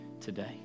today